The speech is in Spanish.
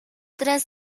tras